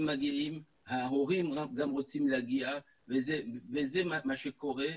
מגיעים ההורים גם רוצים להגיע וזה מה שקורה.